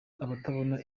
abatabona